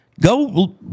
Go